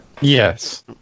Yes